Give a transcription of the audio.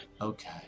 Okay